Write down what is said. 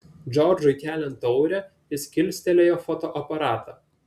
džordžui keliant taurę jis kilstelėjo fotoaparatą